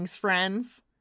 friends